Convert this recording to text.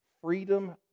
freedom